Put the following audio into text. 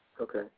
Okay